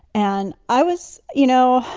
and i was you know,